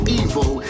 evil